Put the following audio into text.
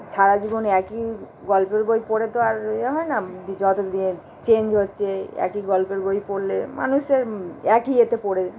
সারা জীবন একই গল্পের বই পড়ে তো আর ইয়ে হয় না দি যত দিয়ে চেঞ্জ হচ্ছে একই গল্পের বই পড়লে মানুষের একই ইয়েতে পড়ে